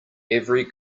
every